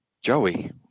Joey